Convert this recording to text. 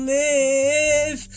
live